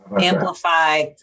Amplify